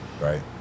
right